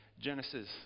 Genesis